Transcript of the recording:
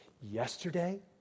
Yesterday